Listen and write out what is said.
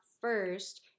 first